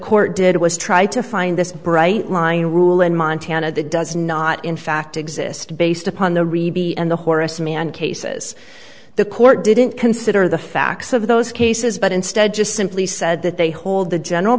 court did was try to find this bright line rule in montana that does not in fact exist based upon the reby and the horace mann cases the court didn't consider the facts of those cases but instead just simply said that they hold the general